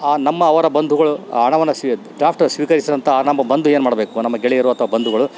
ಆ ನಮ್ಮ ಅವರ ಬಂಧುಗಳು ಹಣವನ್ನ ಸಿಗು ಡ್ರಾಫ್ಟ್ ಸ್ವೀಕರಿಸಿದಂಥ ಆ ನಮ್ಮ ಬಂಧು ಏನ್ಮಾಡ್ಬೇಕು ನಮ್ಮ ಗೆಳೆಯರು ಅಥ್ವ ಬಂಧುಗಳು